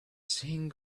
saying